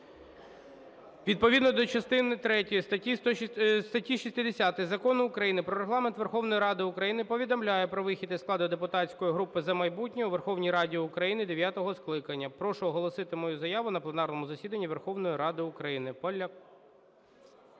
"Відповідно до частини третьої статті 60 Закону України "Про Регламент Верховної Ради України" повідомляю про вихід із складу депутатської групи "За майбутнє" у Верховній Раді України дев'ятого скликання. Прошу оголосити мою заяву на пленарному засіданні Верховної Ради України.